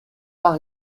par